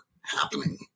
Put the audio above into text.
happening